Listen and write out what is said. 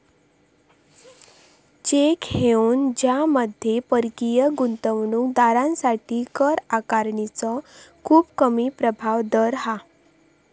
tax haven ज्यामध्ये परकीय गुंतवणूक दारांसाठी कर आकारणीचो खूप कमी प्रभावी दर हा